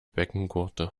beckengurte